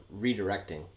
redirecting